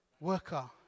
worker